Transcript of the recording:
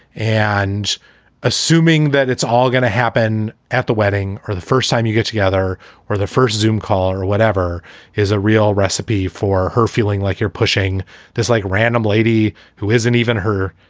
and assuming that it's all going to happen at the wedding or the first time you get together or the first zoome call or whatever is a real recipe for her feeling like you're pushing this like random lady who isn't even her,